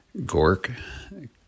Gork